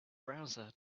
browser